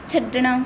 ਛੱਡਣਾ